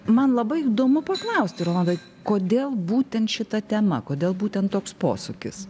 man labai įdomu paklausti rolandai kodėl būtent šita tema kodėl būtent toks posūkis